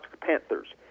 Panthers